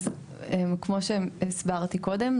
אז כמו שהסברתי קודם,